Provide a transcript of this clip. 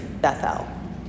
Bethel